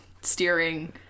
steering